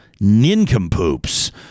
Nincompoops